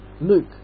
Luke